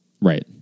Right